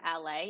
LA